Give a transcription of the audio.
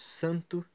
santo